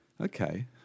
Okay